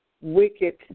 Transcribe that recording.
wicked